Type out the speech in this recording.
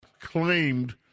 Claimed